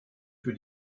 für